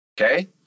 Okay